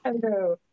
Hello